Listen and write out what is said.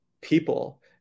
people